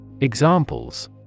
Examples